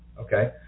okay